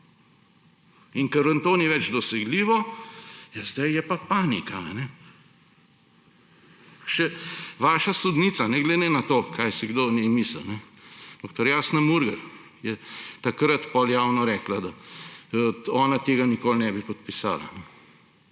In ker vam to ni več dosegljivo, ja, zdaj je pa panika. Še vaša sodnica, ne glede na to, kaj si kdo o njej misli, dr. Jasna Murgel je takrat potem javno rekla, da ona tega nikoli ne bi podpisala.